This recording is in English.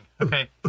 Okay